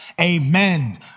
Amen